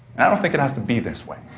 and i don't think it has to be this way.